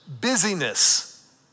busyness